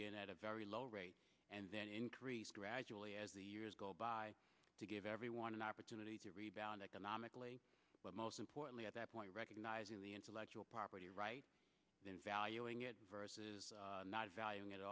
begin at a very low rate and then increase gradually as the years go by to give everyone an opportunity to rebound economically but most importantly at that point recognising the intellectual property rights in valuing it versus not valuing at